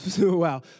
wow